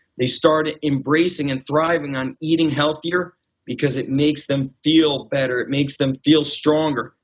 they start embracing and thriving on eating healthier because it makes them feel better, it makes them feel stronger.